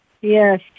Yes